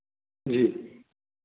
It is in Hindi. जी